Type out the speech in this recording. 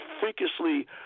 freakishly